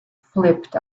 flipped